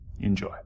Enjoy